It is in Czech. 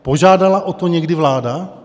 Požádala o to někdy vláda?